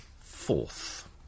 fourth